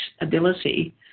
ability